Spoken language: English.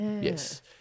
Yes